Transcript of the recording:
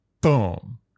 boom